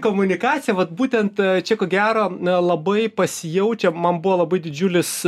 komunikacija vat būtent čia ko gero na labai pasijaučia man buvo labai didžiulis